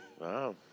Wow